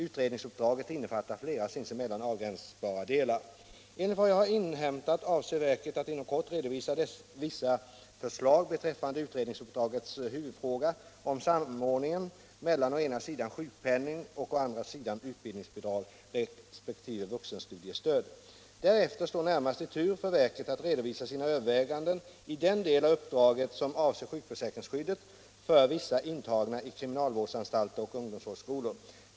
Utredningsuppdraget innefattar flera sinsemellan avgränsbara delar. Enligt vad jag har inhämtat avser verket att inom kort redovisa vissa förslag beträffande utredningsuppdragets huvudfråga om samordningen mellan å ena sidan sjukpenning och å andra sidan utbildningsbidrag resp. vuxenstudiestöd. Därefter står närmast i tur för verket att redovisa sina överväganden i den del av uppdraget som avser sjukförsäkringsskyddet för vissa intagna på kriminalvårdsanstalter och ungdomsvårdsskolor.